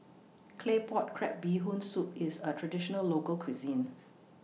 Claypot Crab Bee Hoon Soup IS A Traditional Local Cuisine